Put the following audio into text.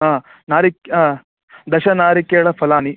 नारिक् दशनारिकेळफ़लानि